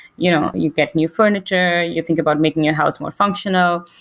you know you get new furniture. you think about making your house more functional.